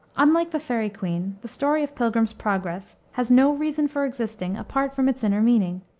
unlike the faery queene, the story of pilgrim's progress has no reason for existing apart from its inner meaning,